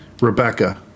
Rebecca